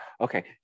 okay